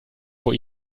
vor